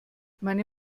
meine